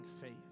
faith